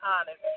honest